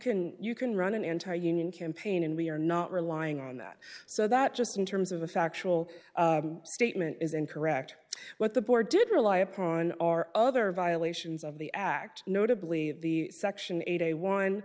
can you can run an anti union campaign and we are not relying on that so that just in terms of a factual statement is incorrect but the board did rely upon our other violations of the act notably the section eight a one